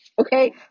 okay